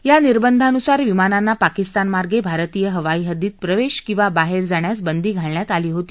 या निर्बंधानुसार विमानांना पाकिस्तान मार्गे भारतीय हवाई हद्दीत प्रवेश किंवा बाहेर जाण्यास बंदी घालण्यात आली होती